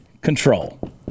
control